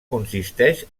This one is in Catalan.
consisteix